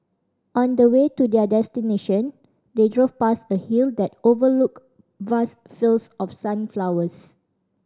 on the way to their destination they drove past a hill that overlooked vast fields of sunflowers